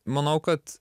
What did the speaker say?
manau kad